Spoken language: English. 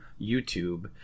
YouTube